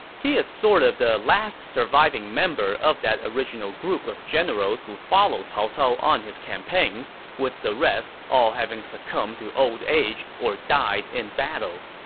he is really sort of the last surviving member of that original group of generals who followed cao cao on his campaigns, with the rest all having succumbed to old age or died in battle.